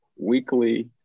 weekly